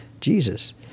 Jesus